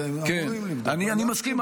אני מסכים,